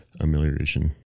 amelioration